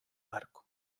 barco